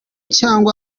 cyangwa